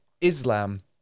Islam